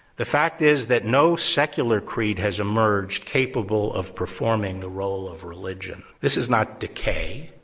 the fact is that no secular creed has emerged capable of performing the role of religion. this is not decay.